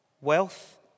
Wealth